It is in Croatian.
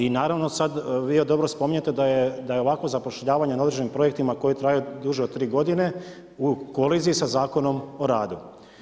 I naravno sada vi još dobro spominjete da je ovakvo zapošljavanje na određenim projektima koji traju duže od tri godine u koliziji sa Zakonom o radu.